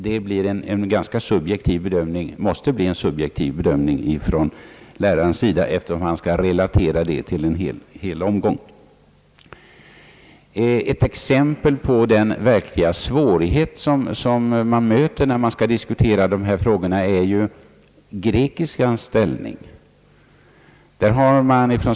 Det måste bli en subjektiv bedömning från lärarens sida, eftersom han skall relatera betyget till en hel årskurs. Ett exempel på den verkliga svårighet vi möter när vi skall diskutera dessa frågor är grekiskans ställning.